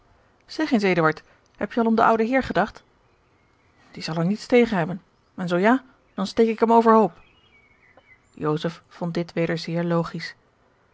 zeg eens eduard heb je al om den ouden heer gedacht die zal er niets tegen hebben en zoo ja dan steek ik hem overhoop joseph vond dit weder zeer logisch